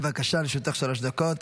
בבקשה, לרשותך שלוש דקות.